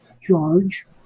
George